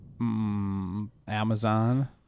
Amazon